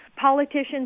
politicians